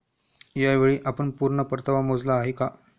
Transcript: यावेळी आपण पूर्ण परतावा मोजला आहे का?